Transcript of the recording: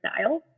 style